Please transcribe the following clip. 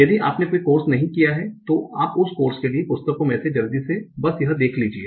यदि आपने कोई कोर्स नहीं किया है तो आप उस कोर्स के लिए पुस्तकों में से जल्दी से बस यह देख लीजिए